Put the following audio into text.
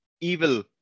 evil